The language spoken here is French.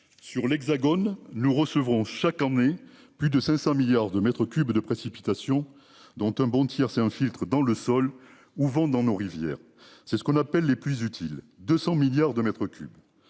Sur l'Hexagone, nous recevrons chaque année plus de 500 milliards de mètres cubes de précipitations dont un bon tiers c'est un filtre dans le sol ou vont dans nos rivières. C'est ce qu'on appelle les pluies utiles 200 milliards de m3 en toute